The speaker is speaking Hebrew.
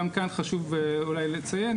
גם כאן חשוב אולי לציין,